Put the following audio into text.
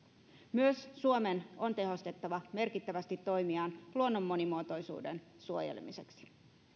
myös suomen on tehostettava merkittävästi toimiaan luonnon monimuotoisuuden suojelemiseksi